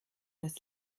das